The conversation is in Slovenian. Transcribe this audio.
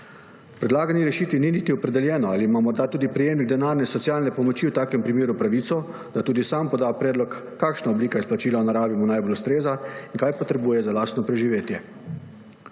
predlagani rešitvi ni niti opredeljeno, ali ima morda tudi prejemnik denarne socialne pomoči v takem primeru pravico, da tudi sam poda predlog, kakšna oblika izplačila v naravi mu najbolj ustreza in kaj potrebuje za lastno preživetje.